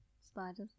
spiders